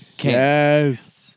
yes